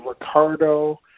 Ricardo